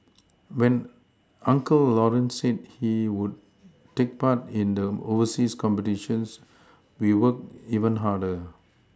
when uncle Lawrence said he could take part in the overseas competitions we worked even harder